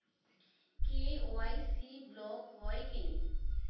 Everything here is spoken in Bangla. কে.ওয়াই.সি ব্লক হয় কেনে?